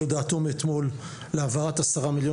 על הודעתו מאתמול להעברת עשרה מיליון